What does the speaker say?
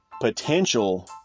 potential